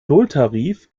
nulltarif